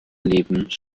lebens